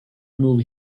movie